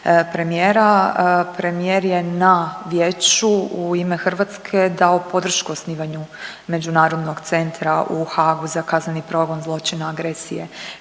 premijer je na Vijeću u ime Hrvatske dao podršku osnivanju međunarodnog centra u Haagu za kazneni progon zločina agresije